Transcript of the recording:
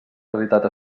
realitat